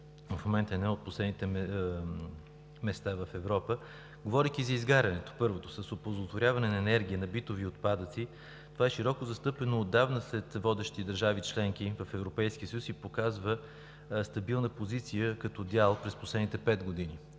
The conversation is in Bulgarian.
в момента е на едно от последните места в Европа. Говорейки за изгарянето, първото, с оползотворяване на енергия, на битови отпадъци, това е широко застъпено отдавна сред водещи държави – членки на Европейския съюз, и показва стабилна позиция като дял през последните пет години.